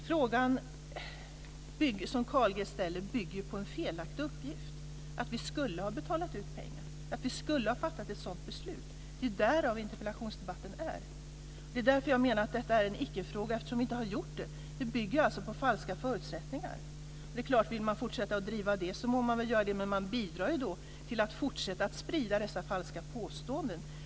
Frågan som Carl G ställer bygger på en felaktig uppgift, nämligen att vi skulle ha betalat ut pengar, att vi skulle ha fattat ett sådant beslut. Det är ju därför interpellationsdebatten förs. Det är därför jag menar att detta är en icke-fråga: Vi har ju inte gjort det. Detta bygger på falska förutsättningar. Vill man fortsätta att driva detta må man väl göra det, men då bidrar man till att fortsätta att sprida dessa falska påståenden.